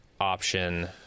option